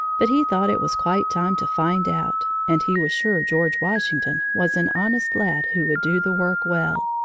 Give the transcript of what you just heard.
but he thought it was quite time to find out, and he was sure george washington was an honest lad who would do the work well.